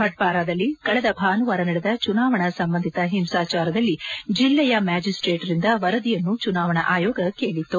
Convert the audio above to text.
ಭಟ್ಟಾರದಲ್ಲಿ ನಡೆದ ಚುನಾವಣಾ ಸಂಬಂಧಿತ ಹಿಂಸಾಚಾರದಲ್ಲಿ ಜಿಲ್ಲೆಯ ಮ್ಯಾಜಿಸ್ಟ್ರೇಟ್ ರಿಂದ ವರದಿಯನ್ನು ಚುನಾವಣಾ ಆಯೋಗ ಕೇಳಿತು